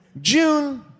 June